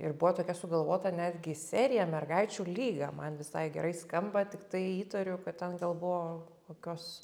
ir buvo tokia sugalvota netgi serija mergaičių lyga man man visai gerai skamba tiktai įtariu kad ten gal buvo kokios